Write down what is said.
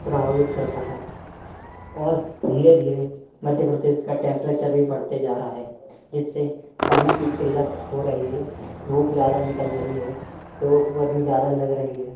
प्रभावित कर रहा है और धीरे धीरे मध्य प्रदेश का टेम्परेचर भी बढ़ते जा रहा है जिससे पानी की किल्लत हो रही है धूप ज़्यादा निकल रही है लोगों को गर्मी ज़्यादा लग रही है